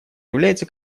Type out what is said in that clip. является